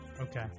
Okay